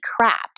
crap